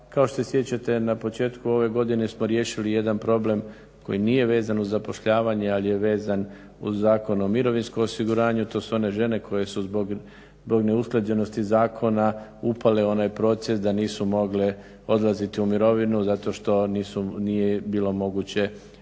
Kao što se sjećate na početku ove godine smo riješili ovaj problem koji nije vezan uz zapošljavanje, ali je vezan uz Zakon o mirovinskom osiguranju, to su one žene koje su zbog neusklađenosti zakona upale u onaj proces da nisu mogle odlaziti u mirovinu zato što nije bilo moguće odrediti